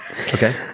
Okay